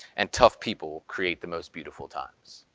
and tough people create the most beautiful times.